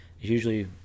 usually